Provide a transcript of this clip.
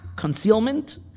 Concealment